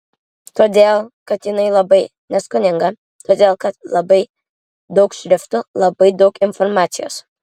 todėl kad jinai labai neskoninga todėl kad labai daug šriftų labai daug informacijos